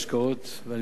ואני מקווה שבעזרת השם,